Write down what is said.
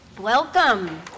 welcome